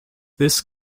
this